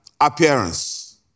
appearance